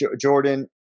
Jordan